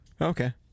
okay